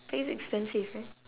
but it's expensive right